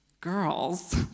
girls